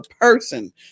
person